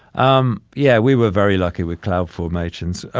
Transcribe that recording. um yeah, we were very lucky with cloud formations. ah